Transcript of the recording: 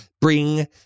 bring